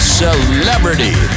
celebrity